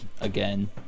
Again